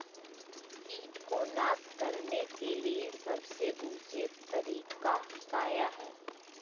किट को नास करने के लिए सबसे ऊंचे तरीका काया है?